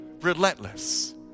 relentless